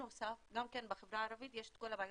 ובנוסף, גם כן בחברה הערבית יש את כל הבעיות.